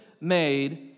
made